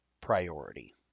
priority